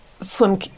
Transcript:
swim